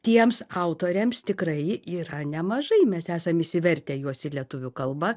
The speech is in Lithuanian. tiems autoriams tikrai yra nemažai mes esam išsivertę juos į lietuvių kalbą